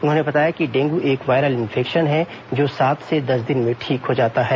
उन्होंने बताया कि डेंगू एक वायरल इन्फेक्शन है जो सात से दस दिन में ठीक हो जाता है